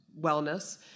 wellness